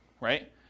right